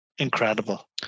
incredible